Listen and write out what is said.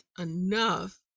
enough